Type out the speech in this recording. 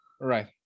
Right